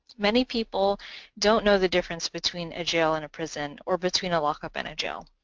many people don't know the difference between a jail and a prison or between a lockup and a jail.